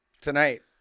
tonight